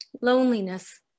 loneliness